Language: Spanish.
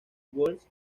wallace